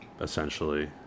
essentially